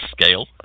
scale